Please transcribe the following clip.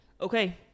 okay